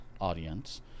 audience